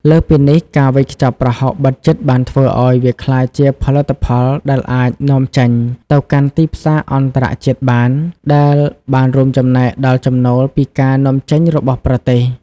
លើសពីនេះ ការវេចខ្ចប់ប្រហុកបិទជិតបានធ្វើឱ្យវាក្លាយជាផលិតផលដែលអាច នាំចេញ ទៅកាន់ទីផ្សារអន្តរជាតិបាន ដែលបានរួមចំណែកដល់ចំណូលពីការនាំចេញរបស់ប្រទេស។